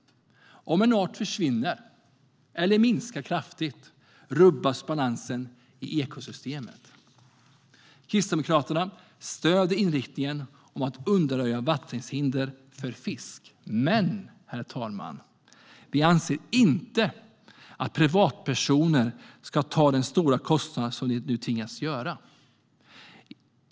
Om en art försvinner eller minskar kraftigt rubbas balansen i ekosystemet. Kristdemokraterna stöder inriktningen att undanröja vandringshinder för fisk. Men, herr talman, vi anser inte att privatpersoner ska ta den stora kostnad som de nu tvingas göra.